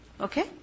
Okay